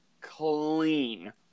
clean